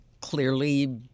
clearly